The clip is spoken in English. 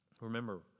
Remember